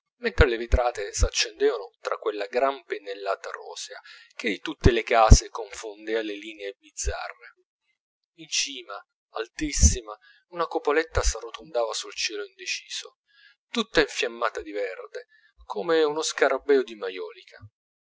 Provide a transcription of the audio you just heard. mentre le vetrate s'accendevano tra quella gran pennellata rosea che di tutte le case confondeva le linee bizzarre in cima altissima una cupoletta s'arrotondava sul cielo indeciso tutta infiammata di verde come uno scarabeo di maiolica